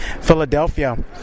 Philadelphia